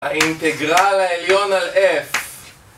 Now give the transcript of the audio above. האינטגרל העליון על F